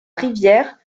rivière